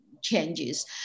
changes